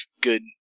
good